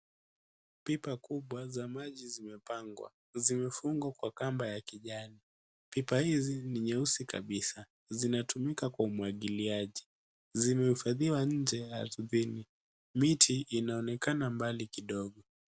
Pipa kubwa za maji zimepangwa zimefungwa kwa kamba ya kijani. Pipa hizi ni nyeusi kabisa, zinatumika kwa umwagiliaji zimehifadhiwa nje ardhini. Miti inaonekana mbali kidogo.